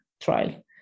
trial